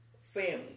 family